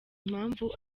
impamvu